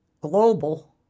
Global